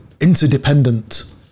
interdependent